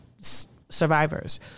survivors